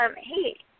hey